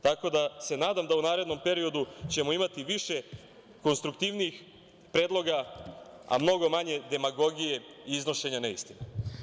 Tako da, nadam se da ćemo u narednom periodu imati više konstruktivnijih predloga, a mnogo manje demagogije i iznošenja neistina.